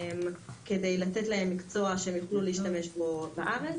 כדי לתת להם מקצוע שהם יוכלו להשתמש בו בארץ.